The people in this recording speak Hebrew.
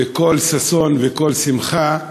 בקול ששון וקול שמחה,